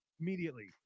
immediately